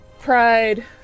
pride